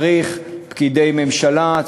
צריך פקידי ממשלה,